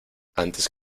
antes